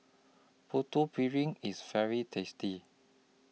Putu Piring IS very tasty